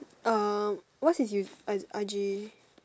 uh what's his use~ I I_G